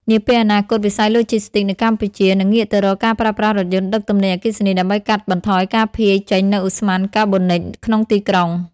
នាពេលអនាគត វិស័យឡូជីស្ទីកនៅកម្ពុជានឹងងាកទៅរកការប្រើប្រាស់រថយន្តដឹកទំនិញអគ្គិសនី ដើម្បីកាត់បន្ថយការភាយចេញនូវឧស្ម័នកាបូនិកក្នុងទីក្រុង។